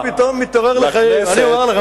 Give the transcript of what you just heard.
הדיון פתאום מתעורר לחיים.